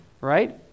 Right